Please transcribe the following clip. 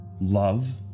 Love